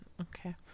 Okay